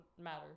matter